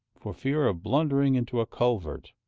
for fear of blundering into a culvert